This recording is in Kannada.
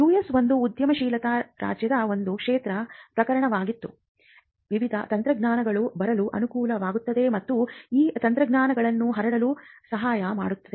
ಯುಎಸ್ ಒಂದು ಉದ್ಯಮಶೀಲ ರಾಜ್ಯದ ಒಂದು ಶ್ರೇಷ್ಠ ಪ್ರಕರಣವಾಗಿದ್ದು ವಿವಿಧ ತಂತ್ರಜ್ಞಾನಗಳು ಬರಲು ಅನುಕೂಲವಾಗುತ್ತವೆ ಮತ್ತು ಈ ತಂತ್ರಜ್ಞಾನಗಳನ್ನು ಹರಡಲು ಸಹಾಯ ಮಾಡುತ್ತದೆ